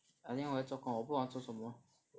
I think 我要做工我不懂要做什么